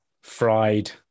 fried